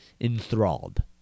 enthralled